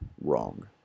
wrong